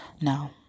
No